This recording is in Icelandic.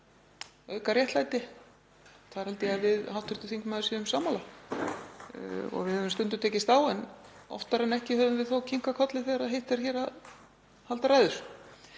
auka réttlæti. Þar held ég að við hv. þingmaður séum sammála. Við höfum stundum tekist á en oftar en ekki höfum við þó kinkað kolli þegar hitt er að halda ræður